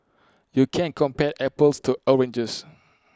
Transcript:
you can't compare apples to oranges